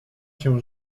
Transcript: się